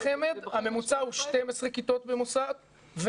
בחמ"ד הממוצע הוא 12 כיתות למוסד,